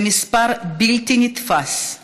זה מספר בלתי נתפס,